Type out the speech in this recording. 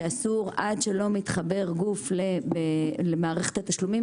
שעד שלא מתחבר גוף למערכת התשלומים,